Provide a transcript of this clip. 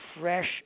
fresh